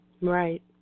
Right